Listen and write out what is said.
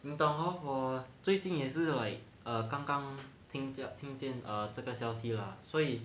你懂 hor 我最近也是 like err 刚刚听见听见这个消息 lah 所以